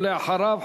ואחריו,